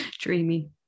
dreamy